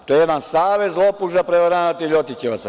To je jedan savez lopuža, prevaranata i ljotićevaca.